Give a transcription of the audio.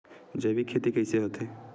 जैविक खेती कइसे होथे?